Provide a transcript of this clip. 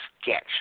sketch